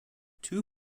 two